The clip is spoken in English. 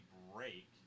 break